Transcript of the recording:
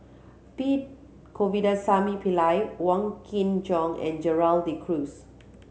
P Govindasamy Pillai Wong Kin Jong and Gerald De Cruz